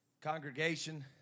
congregation